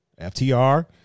FTR